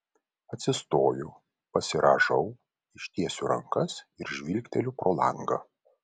atsistoju pasirąžau ištiesiu rankas ir žvilgteliu pro langą